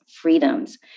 freedoms